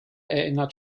erinnert